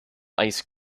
ice